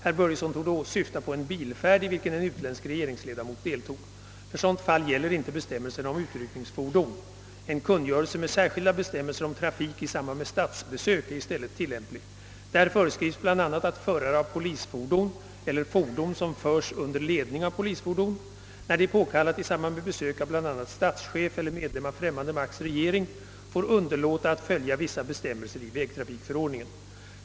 Herr Börjesson torde syfta på en bilfärd i vilken en utländsk regeringsledamot deltog. För sådant fall gäller inte bestämmelserna om utryckningsfordon. En kungörelse med särskilda bestämmelser om trafik i samband med statsbesök är i stället tillämplig. Där föreskrivs bl.a. att förare av polisfordon eller fordon, som föres under ledning av polisfordon, när det är påkallat i samband med besök av bl.a. statschef eller medlem av främmande makts regering, får underlåta att följa vissa bestämmelser i vägtrafikförordningen.